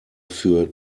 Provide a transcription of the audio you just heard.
für